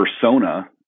persona